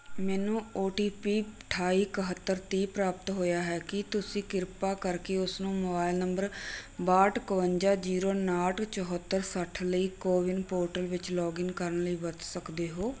ਮੈਨੂੰ O T P ਅਠਾਈ ਇਕਹੱਤਰ ਤੀਹ ਪ੍ਰਾਪਤ ਹੋਇਆ ਹੈ ਕੀ ਤੁਸੀਂ ਕਿਰਪਾ ਕਰਕੇ ਉਸ ਨੂੰ ਮੋਬਾਈਲ ਨੰਬਰ ਬਾਹਟ ਇਕਵੰਜਾ ਜੀਰੋ ਉਣਾਹਟ ਚੁਹੱਤਰ ਸੱਠ ਲਈ ਕੋਵਿਨ ਪੋਰਟਲ ਵਿੱਚ ਲੌਗਇਨ ਕਰਨ ਲਈ ਵਰਤ ਸਕਦੇ ਹੋ